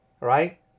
right